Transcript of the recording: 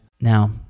Now